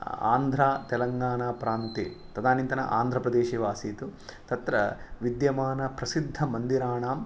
आन्ध्रातेलङ्गाणाप्रान्ते तदानीन्तन आन्ध्रप्रदेशे आसीत् तत्र विद्यमानप्रसिद्धमन्दिराणां